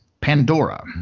pandora